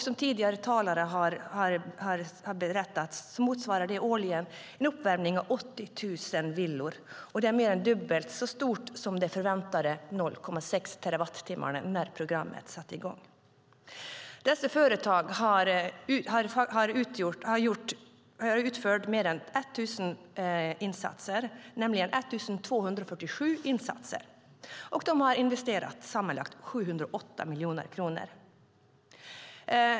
Som tidigare talare har berättat motsvarar det årligen uppvärmning av 80 000 villor. Det är mer än dubbelt så mycket som det man förväntade sig när programmet sattes i gång, 0,6 terawattimmar. Dessa företag har utfört 1 247 insatser och investerat sammanlagt 708 miljoner kronor.